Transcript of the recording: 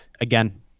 again